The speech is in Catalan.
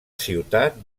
ciutat